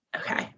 Okay